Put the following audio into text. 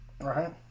Right